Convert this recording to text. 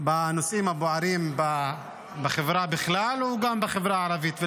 בנושאים הבוערים בחברה בכלל וגם בחברה הערבית.